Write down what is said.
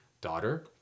daughter